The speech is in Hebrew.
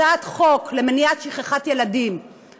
הצעת חוק למניעת שכחת ילדים,